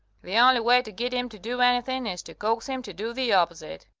the only way to git him to do anything is to coax him to do the opposite.